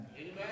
Amen